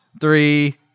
Three